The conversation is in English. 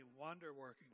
wonder-working